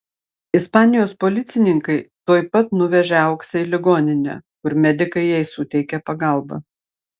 ispanijos policininkai tuoj pat nuvežė auksę į ligoninę kur medikai jai suteikė pagalbą